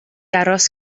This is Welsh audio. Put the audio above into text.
aros